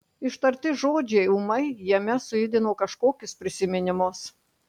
ištarti žodžiai ūmai jame sujudino kažkokius prisiminimus